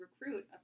recruit